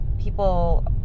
People